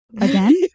again